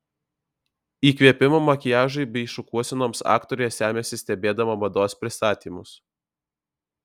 įkvėpimo makiažui bei šukuosenoms aktorė semiasi stebėdama mados pristatymus